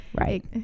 Right